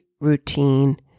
routine